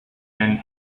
and